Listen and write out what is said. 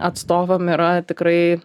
atstovam yra tikrai